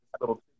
little